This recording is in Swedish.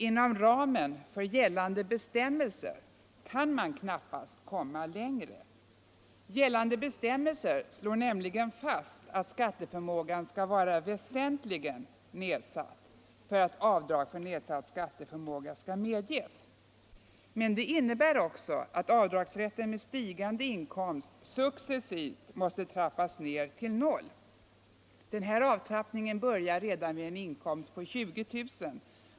Inom ramen för gällande bestämmelser kan man knappast komma längre. Gällande bestämmelser slår nämligen fast att skatteförmågan skall vara väsentligen nedsatt för att avdrag för nedsatt skatteförmåga skall medges. Men detta innebär också att avdragsrätten med stigande inkomst successivt måste trappas ned till noll. Denna avtrappning börjar redan vid en inkomst på 20 000 kr.